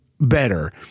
better